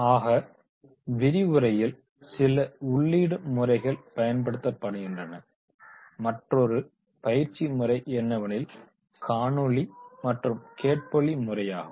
ஆக விரிவுரையில் சில உள்ளிடும் முறைகள் பயன்படுத்தப்படுகின்றன மற்றொரு பயிற்சி முறை என்னவெனில் காணொளி மற்றும் கேட்பொழி முறையாகும்